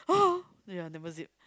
oh yeah never zip